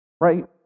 Right